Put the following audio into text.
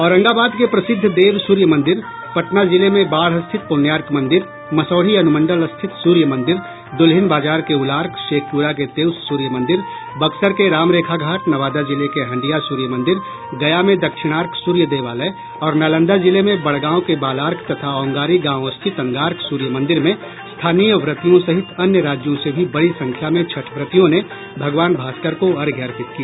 औरंगाबाद के प्रसिद्ध देव सूर्य मंदिर पटना जिले में बाढ़ स्थित पुण्यार्क मंदिर मसौढ़ी अनुमंडल स्थित सूर्य मंदिर दुल्हिन बाजार के उलार्क शेखपुरा के तेउस सूर्य मंदिर बक्सर के राम रेखा घाट नवादा जिले के हंडिया सूर्य मंदिर गया में दक्षिणार्क सूर्य देवालय और नालंदा जिले में बड़गांव के बालार्क तथा औगांरी गांव स्थित अंगार्क सूर्य मंदिर में स्थानीय व्रतियों सहित अन्य राज्यों से भी बड़ी संख्या में छठव्रतियों ने भगवान भास्कर को अर्घ्य अर्पित किया